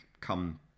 come